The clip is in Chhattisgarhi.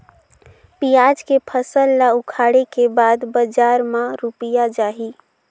पियाज के फसल ला उखाड़े के बाद बजार मा रुपिया जाही?